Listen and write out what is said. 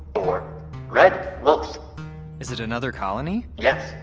or red wolf is it another colony? yes.